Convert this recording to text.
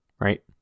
right